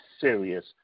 serious